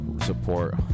support